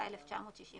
התשכ"ה 1965